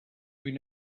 been